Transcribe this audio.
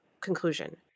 conclusion